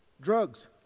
Drugs